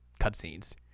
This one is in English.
cutscenes